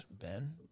Ben